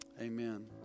amen